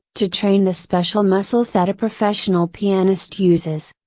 to train the special muscles that a professional pianist uses.